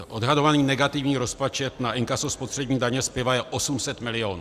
Odhadovaný negativní rozpočet na inkaso spotřební daně z piva je 800 milionů.